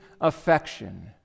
affection